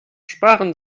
sparen